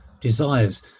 desires